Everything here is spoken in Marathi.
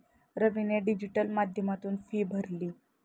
रवीने डिजिटल माध्यमातून फी भरली